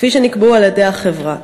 כפי שנקבעו על-ידי החברה,